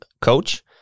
coach